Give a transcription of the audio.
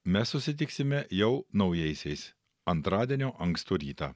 mes susitiksime jau naujaisiais antradienio ankstų rytą